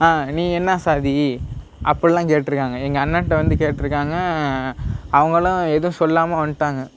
நீ என்ன சாதி அப்படிலாம் கேட்டிருக்காங்க எங்கள் அண்ணன்ட்ட வந்து கேட்டிருக்காங்க அவங்களும் எதுவும் சொல்லாமல் வந்துட்டாங்க